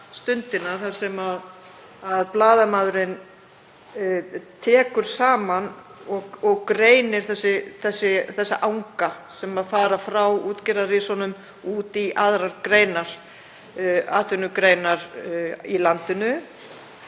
Stundina þar sem blaðamaðurinn tekur saman og greinir þessa anga sem fara frá útgerðarrisunum út í aðrar atvinnugreinar í landinu.